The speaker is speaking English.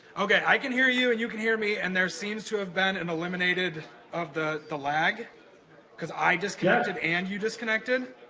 okay, i can hear you and you can hear me. and there seems to have been an eliminated of the the lag cause i disconnected and you disconnected.